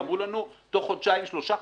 ואמרו לנו שבתוך חודשיים-שלושה,